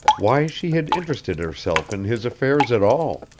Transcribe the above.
why she had interested herself in his affairs at all,